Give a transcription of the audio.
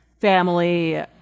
family